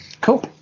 Cool